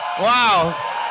wow